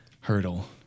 hurdle